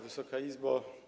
Wysoka Izbo!